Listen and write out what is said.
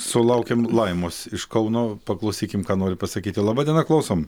sulaukėm laimos iš kauno paklausykim ką nori pasakyti laba diena klausom